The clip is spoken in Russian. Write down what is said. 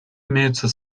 имеются